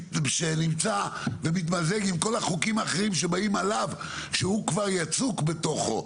שנמצא ומתמזג עם כל החוקים האחרים שבאים עליו כשהוא כבר יצוק בתוכו.